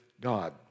God